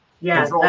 Yes